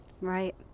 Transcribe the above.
Right